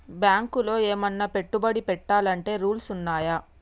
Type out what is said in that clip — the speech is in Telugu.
బ్యాంకులో ఏమన్నా పెట్టుబడి పెట్టాలంటే రూల్స్ ఉన్నయా?